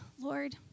Lord